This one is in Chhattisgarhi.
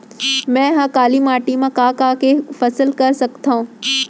मै ह काली माटी मा का का के फसल कर सकत हव?